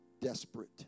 desperate